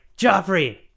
Joffrey